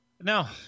No